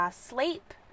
sleep